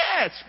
Yes